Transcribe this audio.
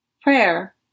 Prayer